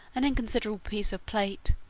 an inconsiderable piece of plate,